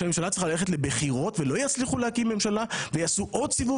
שהממשלה צריכה ללכת לבחירות ולא יצליחו להקים ממשלה ויעשו עוד סיבוב